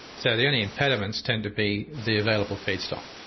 so the only impediments tend to be the available feedstock.